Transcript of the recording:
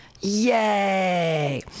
Yay